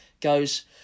goes